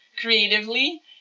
creatively